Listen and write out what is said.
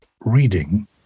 reading